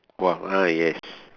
ah yes